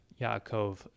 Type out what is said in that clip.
Yaakov